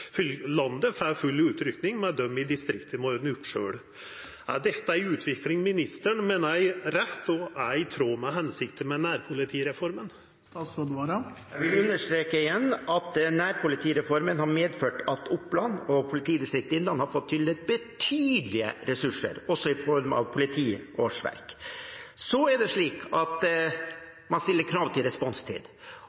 landet får full utrykking, mens dei i distriktet må ordna opp sjølv. Er dette ei utvikling ministeren meiner er rett og er i tråd med hensikta til nærpolitireforma? Jeg vil understreke igjen at nærpolitireformen har medført at Oppland og Innlandet politidistrikt har fått tildelt betydelige ressurser, også i form av politiårsverk. Så er det slik at